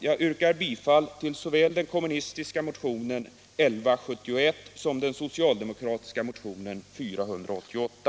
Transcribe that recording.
Jag yrkar bifall till såväl den kommunistiska motionen 1171 som den socialdemokratiska motionen 488.